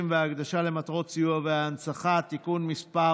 והקדשה למטרות סיוע והנצחה) (תיקון מס'